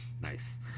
Nice